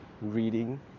reading